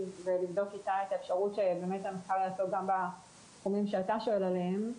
ולבדוק איתה את האפשרות שהמחקר יעסוק גם בתחומים שאתה שואל עליהם.